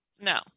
No